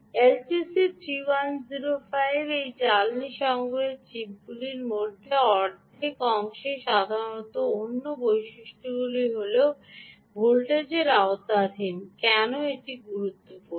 LTC 3105 এই জ্বালানী সংগ্রহের চিপগুলির মধ্যে অর্ধেক অংশে সাধারণত অন্য বৈশিষ্ট্যটি হল ভোল্টেজের আওতাধীন কেন এটি গুরুত্বপূর্ণ